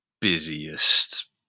busiest